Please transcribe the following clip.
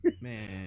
Man